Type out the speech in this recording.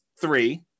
three